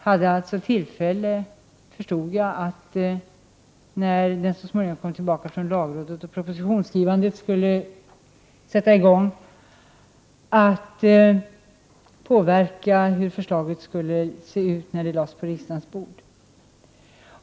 Jag förstod att jag alltså hade tillfälle, när den så småningom kom tillbaka från lagrådet och propositionsskrivandet skulle sätta i gång, att påverka hur förslaget skulle se ut när det lades på riksdagens bord.